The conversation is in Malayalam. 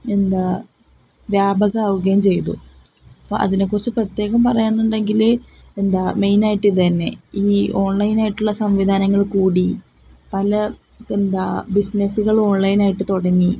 എന്താണ് വ്യാപകമാവുകയും ചെയ്തു അപ്പോള് അതിനെക്കുറിച്ചു പ്രത്യേകം പറയുകയാണെന്നുണ്ടെങ്കില് എന്താണ് മെയിനായിട്ട് ഇതുതന്നെ ഈ ഓൺലൈനായിട്ടുള്ള സംവിധാനങ്ങള് കൂടി പല എന്താണ് ബിസിനസ്സുകള് ഓൺലൈനായിട്ടു തുടങ്ങി